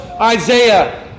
Isaiah